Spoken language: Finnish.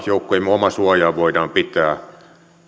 joukkojemme omasuojaa voidaan pitää